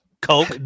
Coke